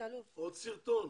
לא סרטון,